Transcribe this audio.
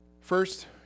First